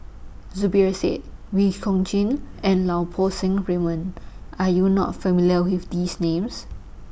Zubir Said Wee Chong Jin and Lau Poo Seng Raymond Are YOU not familiar with These Names